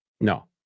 No